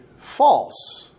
false